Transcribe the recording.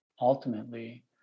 ultimately